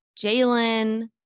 Jalen